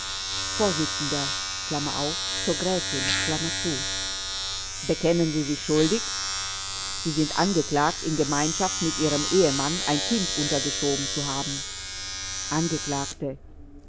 bekennen sie sich schuldig sie sind angeklagt in gemeinschaft mit ihrem ehemann ein kind untergeschoben zu haben